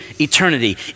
eternity